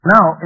Now